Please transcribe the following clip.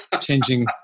changing